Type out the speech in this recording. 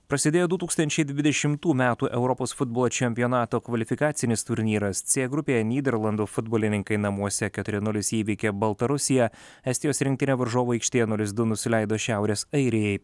prasidėjo du tūkstančiai dvidešimtų metų europos futbolo čempionato kvalifikacinis turnyras c grupėje nyderlandų futbolininkai namuose keturi nulis įveikė baltarusiją estijos rinktinė varžovų aikštėje nulis du nusileido šiaurės airijai